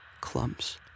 clumps